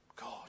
God